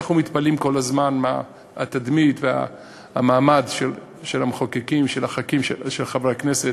אנחנו מתפלאים כל הזמן על התדמית והמעמד של המחוקקים ושל חברי הכנסת.